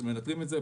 מנטרים את זה,